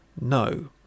no